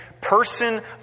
person